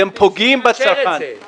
אתם פוגעים בצרכן -- הם צריכים לאשר את זה.